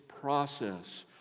process